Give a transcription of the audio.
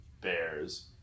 bears